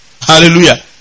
Hallelujah